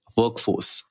workforce